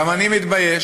גם אני מתבייש,